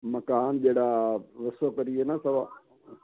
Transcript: ਮਕਾਨ ਜਿਹੜਾ ਉਸ ਕਰੀਏ ਨਾ ਸਵਾ